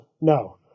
no